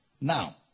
Now